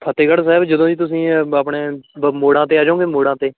ਫਤਿਹਗੜ੍ਹ ਸਾਹਿਬ ਜਦੋਂ ਜੀ ਤੁਸੀਂ ਬ ਆਪਣੇ ਬ ਮੋੜਾਂ 'ਤੇ ਆ ਜਾਉਂਗੇ ਮੋੜਾਂ 'ਤੇ